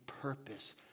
purpose